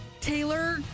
taylor